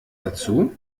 dazu